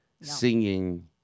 singing